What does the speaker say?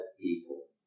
people